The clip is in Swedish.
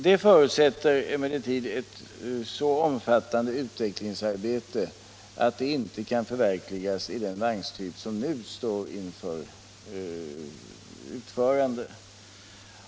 Det förutsätter emellertid ett så omfattande utvecklingsarbete att det inte kan förverkligas i den vagnstyp som nu står inför utförande.